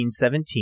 1917